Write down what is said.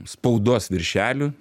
spaudos viršelių